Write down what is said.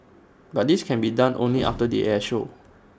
but this can be done only after the air show